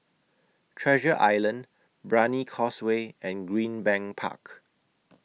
Treasure Island Brani Causeway and Greenbank Park